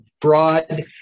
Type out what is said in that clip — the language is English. broad